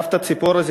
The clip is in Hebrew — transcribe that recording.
סבתא צפורה,